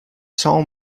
saw